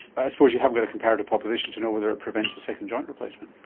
i suppose you haven't got a comparative population to know whether it prevents a second joint replacement.